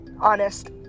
honest